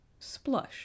Splush